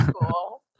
cool